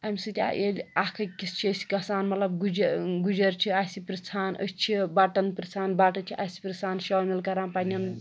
اَمہِ سۭتۍ آے ییٚلہِ اَکھ أکِس چھِ أسۍ گژھان مطلب گُجر گُجَر چھِ اَسہِ پِرٛژھان أسۍ چھِ بٹن پِرٛژھان بَٹہٕ چھِ اَسہِ پِرٛژھان شٲمِل کَران پنٛنٮ۪ن